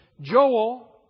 Joel